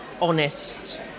honest